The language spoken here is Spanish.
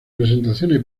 presentaciones